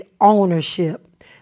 ownership